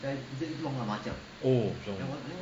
oh